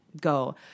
go